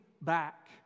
back